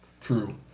True